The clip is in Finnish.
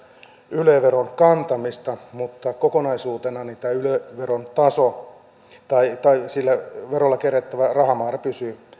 yle veron kantamista mutta kokonaisuutena tämä yle veron taso tai sillä verolla kerättävä rahamäärä pysyy